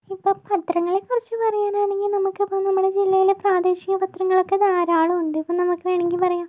ഇപ്പോൾ പത്രങ്ങളെ കുറിച്ച് പറയാനാണെങ്കിൽ നമുക്കിപ്പോൾ നമ്മുടെ ജില്ലയിലെ പ്രാദേശിക പത്രങ്ങളൊക്കെ ധാരാളുണ്ട് ഇപ്പോൾ നമുക്ക് വേണമെങ്കിൽ പറയാം